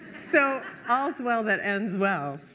so, all is well that ends well,